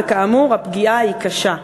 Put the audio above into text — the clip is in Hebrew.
וכאמור הפגיעה היא קשה.